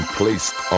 placed